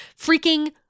freaking